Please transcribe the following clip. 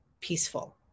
peaceful